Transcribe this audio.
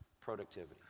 Productivity